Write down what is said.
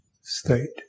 state